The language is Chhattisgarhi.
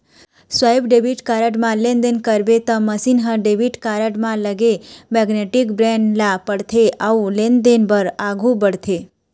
स्वाइप डेबिट कारड म लेनदेन करबे त मसीन ह डेबिट कारड म लगे मेगनेटिक बेंड ल पड़थे अउ लेनदेन बर आघू बढ़थे